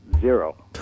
Zero